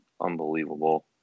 unbelievable